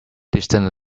distance